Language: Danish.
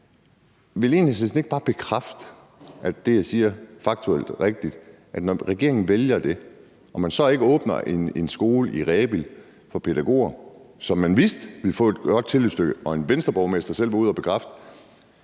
Vil Enhedslisten ikke bare bekræfte, at det, jeg siger, faktuelt er rigtigt, nemlig at når regeringen vælger at gøre det og man så ikke åbner en skole i Rebild for pædagoger, som man vidste ville være et godt tilløbsstykke, hvilket en Venstreborgmester selv var ude at bekræfte,